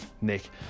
Nick